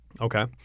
Okay